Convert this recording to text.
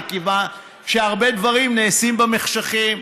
הרי הרבה דברים נעשים במחשכים,